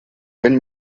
wenn